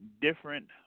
different